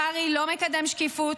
קרעי לא מקדם שקיפות.